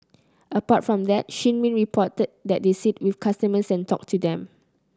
apart from that Shin Min reported that they sit with customers and talk to them